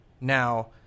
Now